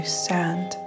stand